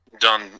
done